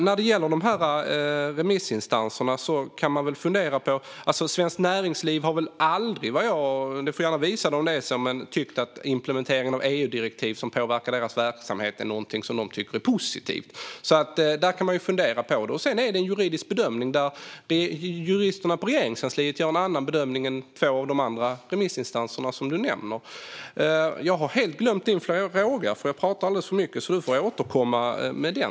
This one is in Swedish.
När det gäller remissinstanserna har väl Svenskt Näringsliv aldrig tyckt att implementering av EU-direktiv som påverkar deras verksamhet är någonting positivt - du får gärna visa om så är fallet. Det kan man fundera på. Det är en juridisk bedömning. Och juristerna på Regeringskansliet gör en annan bedömning än två av remissinstanserna som du nämner. Jag har helt glömt din fråga, eftersom jag talar alldeles för mycket. Du får återkomma med den.